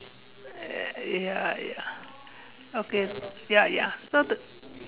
ya ya okay ya ya so the